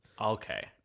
Okay